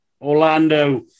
Orlando